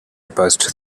past